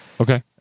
Okay